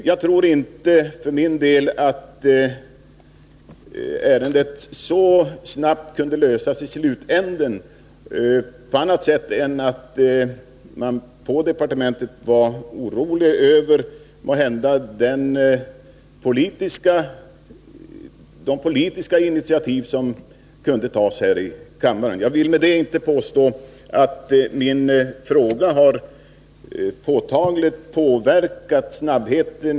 Jag tror för min del inte att ärendet hade kunnat lösas så snabbt i slutändan om man inte på departementet hade varit orolig för att ett politiskt initiativ måhända kunde tas här i riksdagen. Jag vill därmed inte påstå att min fråga påtagligt har påverkat snabbheten.